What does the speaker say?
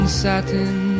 satin